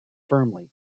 firmly